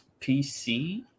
PC